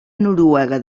noruega